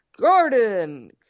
garden